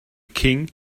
king